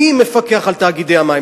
מי מפקח על תאגידי המים?